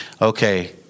Okay